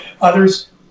others